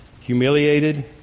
humiliated